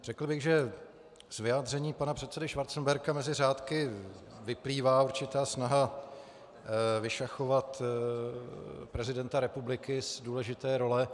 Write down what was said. Řekl bych, že z vyjádření pana předsedy Schwarzenberga mezi řádky vyplývá určitá snaha vyšachovat prezidenta republiky z důležité role.